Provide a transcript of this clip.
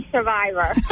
Survivor